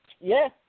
Yes